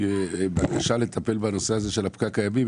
דרישה לטפל בנושא הזה של הפקק הימי,